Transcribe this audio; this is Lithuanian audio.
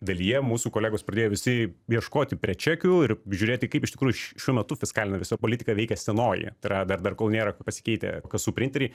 dalyje mūsų kolegos pradėjo visi ieškoti prie čekių ir žiūrėti kaip iš tikrųjų šiuo metu fiskalinė visa politika veikia senoji tai yra dar dar kol nėra pasikeitę kasų printeriai